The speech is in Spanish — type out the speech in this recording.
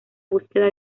búsqueda